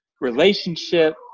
relationship